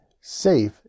safe